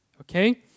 Okay